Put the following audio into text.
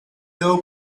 doe